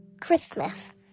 Christmas